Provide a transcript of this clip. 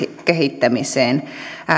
kehittämiseen